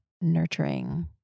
nurturing